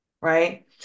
right